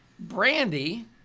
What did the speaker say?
Brandy